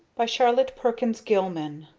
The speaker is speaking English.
by charlotte perkins gilman